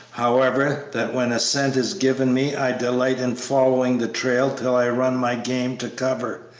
however, that when a scent is given me i delight in following the trail till i run my game to cover,